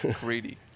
greedy